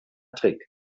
trick